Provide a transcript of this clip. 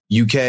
UK